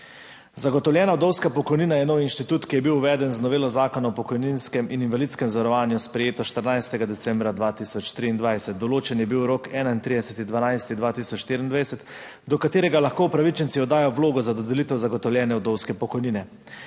Zagotovljena vdovska pokojnina je nov inštitut, ki je bil uveden z novelo Zakona o pokojninskem in invalidskem zavarovanju, sprejet 14. decembra 2023. Določen je bil rok 31. 12. 2024, do katerega lahko upravičenci oddajo vlogo za dodelitev zagotovljene vdovske pokojnine.